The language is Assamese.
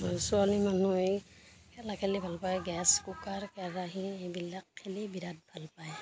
আৰু ছোৱালী মানুহে খেলা খেলি ভাল পায় গেছ কুকাৰ কেৰাহী এইবিলাক খেলি বিৰাট ভাল পায়